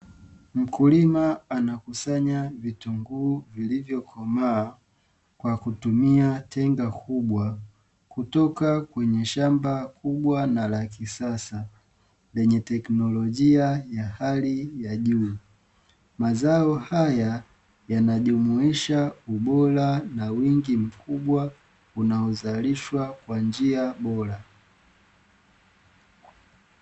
Mkulima anakusanya vitunguu vilivyokomaa kwa kutumia tenga kubwa, kutoka kwenye shamba kubwa na la kisasa, lenye teknolojia ya hali ya juu. Mazao haya yanajumuisha ubora na wingi mkubwa, unaozalishwa kwa njia bora.